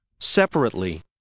Separately